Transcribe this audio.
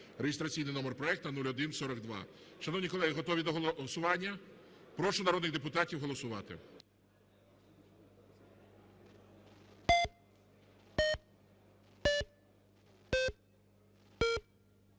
(реєстраційний номер проекту 0142). Шановні колеги, готові до голосування? Прошу народних депутатів голосувати.